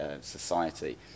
society